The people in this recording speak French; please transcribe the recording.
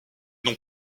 non